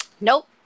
Nope